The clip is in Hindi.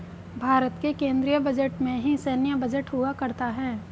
भारत के केन्द्रीय बजट में ही सैन्य बजट हुआ करता है